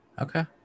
Okay